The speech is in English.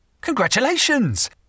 Congratulations